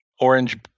Orange